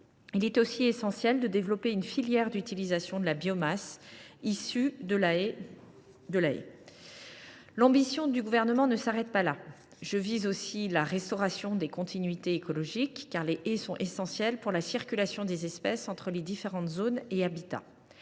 Il est également essentiel de développer une filière d’utilisation de la biomasse issue de la haie. Mais l’ambition du Gouvernement ne s’arrête pas là : nous voulons restaurer des continuités écologiques, car les haies sont essentielles pour la circulation des espèces entre les différentes zones et habitats.